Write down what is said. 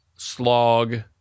Slog